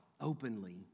openly